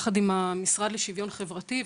יחד עם המשרד לשוויון חברתי,